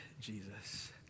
Jesus